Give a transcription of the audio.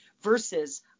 versus